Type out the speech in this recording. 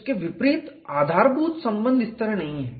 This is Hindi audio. इसके विपरीत आधारभूत संबंध इस तरह नहीं हैं